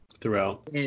Throughout